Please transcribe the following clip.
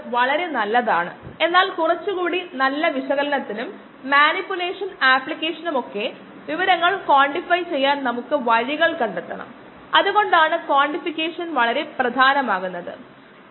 അതിനാൽ ഇവിടെ എന്ത് മാറ്റങ്ങളാണുള്ളതെന്ന് നമ്മൾ കണ്ടെത്തേണ്ടതുണ്ട്